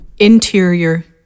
Interior